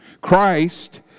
Christ